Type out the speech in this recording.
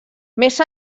més